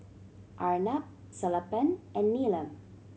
Arnab Sellapan and Neelam